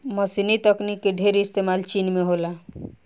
मशीनी तकनीक के ढेर इस्तेमाल चीन में होला